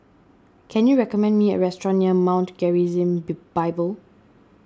can you recommend me a restaurant near Mount Gerizim B Bible